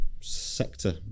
sector